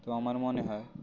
তো আমার মনে হয়